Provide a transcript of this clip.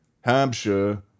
Hampshire